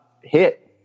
hit